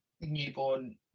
newborn